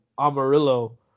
Amarillo